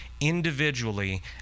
individually